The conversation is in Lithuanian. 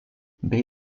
bei